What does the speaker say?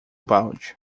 balde